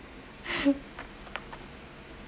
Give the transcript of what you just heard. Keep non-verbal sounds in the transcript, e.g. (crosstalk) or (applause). (laughs)